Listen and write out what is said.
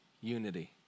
unity